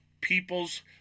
People's